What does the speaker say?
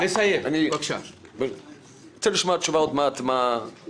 אני רוצה לשמוע תשובה עוד מעט מה הדבר הזה.